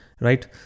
right